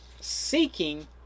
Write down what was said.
seeking